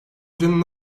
üzerinde